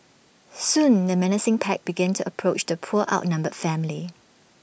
soon the menacing pack began to approach the poor outnumbered family